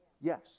Yes